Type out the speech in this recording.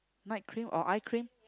night cream or eye cream